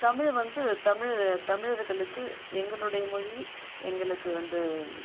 தமிழ் வந்து தமிழ் தமிழர்களுக்கு எங்களுடைய மொழி எங்களுக்கு வந்து